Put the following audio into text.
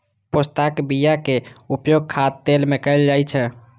पोस्ताक बियाक उपयोग खाद्य तेल मे कैल जाइ छै